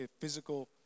physical